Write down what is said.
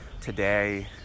today